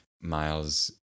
miles